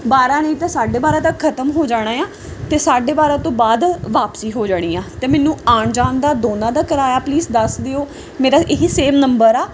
ਬਾਰਾਂ ਨਹੀਂ ਤਾਂ ਸਾਢੇ ਬਾਰਾਂ ਤੱਕ ਖਤਮ ਹੋ ਜਾਣਾ ਆ ਅਤੇ ਸਾਢੇ ਬਾਰਾਂ ਤੋਂ ਬਾਅਦ ਵਾਪਸੀ ਹੋ ਜਾਣੀ ਆ ਤਾਂ ਮੈਨੂੰ ਆਉਣ ਜਾਣ ਦਾ ਦੋਨਾਂ ਦਾ ਕਿਰਾਇਆ ਪਲੀਜ਼ ਦੱਸ ਦਿਓ ਮੇਰਾ ਇਹ ਹੀ ਸੇਮ ਨੰਬਰ ਆ